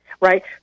right